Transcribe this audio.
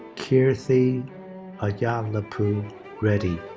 keerthi ayyalapu reddy.